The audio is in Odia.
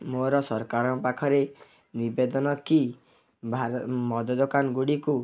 ମୋର ସରକାରଙ୍କ ପାଖରେ ନିବେଦନ କି ମଦ ଦୋକାନଗୁଡ଼ିକୁ